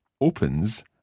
opens